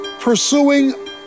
pursuing